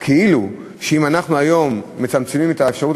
כאילו שאם אנחנו היום מצמצמים את האפשרות